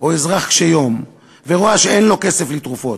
או אזרח קשה-יום ורואה שאין לו כסף לתרופות,